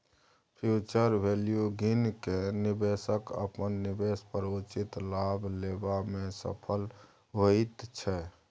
future value गिन केँ निबेशक अपन निबेश पर उचित लाभ लेबा मे सफल होइत छै